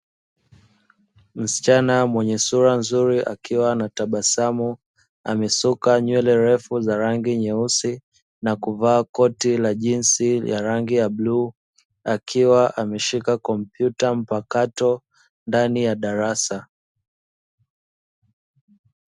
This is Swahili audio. Msichana mwenye sura nzuri, akiwa anatabasamu amesuka nywele refu za rangi nyeusi na kuvaa koti la jinsi ya rangi ya bluu, akiwa ameshika kompyuta mpakato ndani ya darasa.